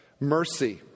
Mercy